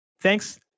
Thanks